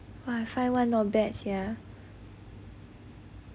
!wah! wifi not bad sia